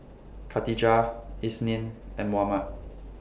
Khatijah Isnin and Muhammad